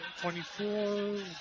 24